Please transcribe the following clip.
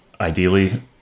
ideally